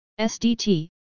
SDT